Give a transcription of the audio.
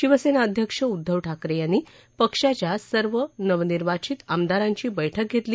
शिवसेना अध्यक्ष उद्वव ठाकरे यांनी पक्षाच्या सर्व नवनिर्वाचित आमदारांची बैठक घेतली